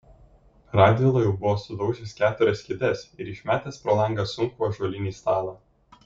radvila jau buvo sudaužęs keturias kėdes ir išmetęs pro langą sunkų ąžuolinį stalą